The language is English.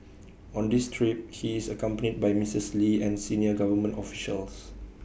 on this trip he is accompanied by Missus lee and senior government officials